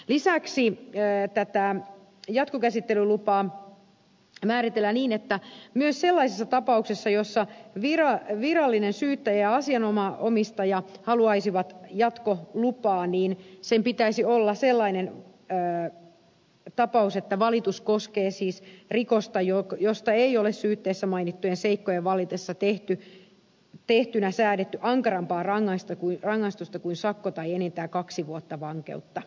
lisäksi tätä jatkokäsittelylupaa määritellään niin että myös sellaisissa tapauksissa joissa virallinen syyttäjä ja asianomistaja haluaisivat jatkolupaa kyseessä pitäisi olla sellainen tapaus että valitus koskee rikosta josta ei ole syytteessä mainittujen seikkojen vallitessa tehtynä säädetty ankarampaa rangaistusta kuin sakko tai enintään kaksi vuotta vankeutta